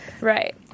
Right